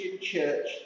church